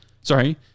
sorry